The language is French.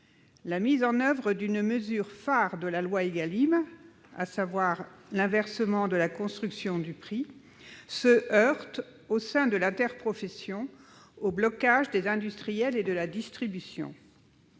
La mise en oeuvre d'une mesure phare de la loi Égalim, à savoir l'inversion de la construction du prix, se heurte, au sein de l'interprofession, au blocage des industriels et de la distribution.